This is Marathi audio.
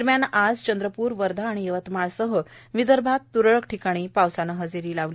दरम्यान आज चंद्रप्र वर्धा आणि यवतमालसह विदर्भात त्रळक ठिकाणी पावसानं हजेरी लावली